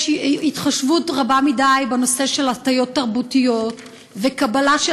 יש התחשבות רבה מדי בנושא של הטיות תרבותיות וקבלה של